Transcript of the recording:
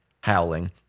howling